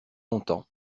longtemps